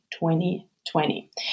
2020